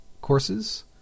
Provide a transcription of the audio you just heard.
courses